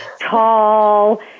tall